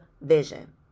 vision